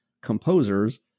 composers